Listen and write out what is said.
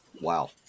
Wow